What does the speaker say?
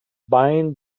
bind